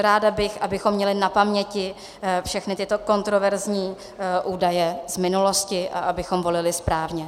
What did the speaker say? Ráda bych, abychom měli na paměti všechny tyto kontroverzní údaje z minulosti a abychom volili správně.